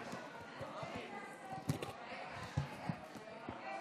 ההצבעה הסתיימה.